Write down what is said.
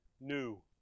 new